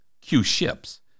Q-ships